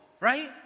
right